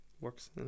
works